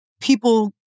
people